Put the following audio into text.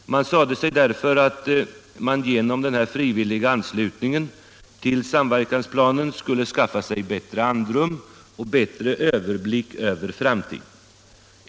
Man sade sig därför att man genom den frivilliga anslutningen till samverkansplanen skulle skaffa sig andrum och bättre överblick över framtiden.